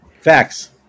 Facts